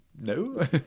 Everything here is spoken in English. no